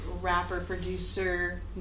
rapper-producer